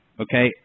Okay